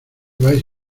vais